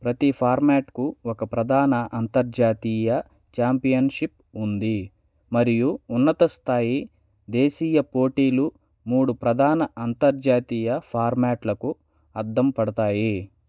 ప్రతి ఫార్మాట్కు ఒక ప్రధాన అంతర్జాతీయ ఛాంపియన్షిప్ ఉంది మరియు ఉన్నత స్థాయి దేశీయ పోటీలు మూడు ప్రధాన అంతర్జాతీయ ఫార్మాట్లకు అద్దం పడతాయి